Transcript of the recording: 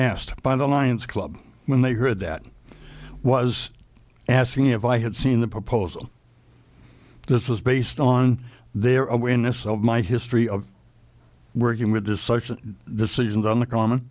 asked by the lions club when they heard that i was asking if i had seen the proposal this was based on their awareness of my history of working with to such a decision on the common